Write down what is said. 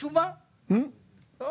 אחר